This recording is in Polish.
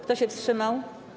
Kto się wstrzymał?